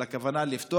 על הכוונה לפתוח.